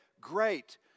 great